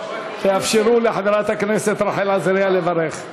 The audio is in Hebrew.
תאפשרו לחברת הכנסת רחל עזריה לברך.